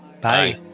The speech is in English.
bye